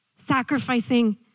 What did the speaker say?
sacrificing